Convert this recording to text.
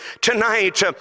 Tonight